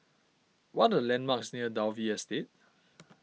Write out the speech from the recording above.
what are landmarks near Dalvey Estate